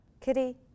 Kitty